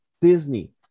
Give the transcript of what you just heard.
disney